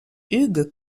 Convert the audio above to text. hugues